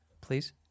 Please